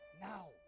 Now